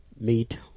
meet